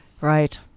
Right